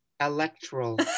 Electoral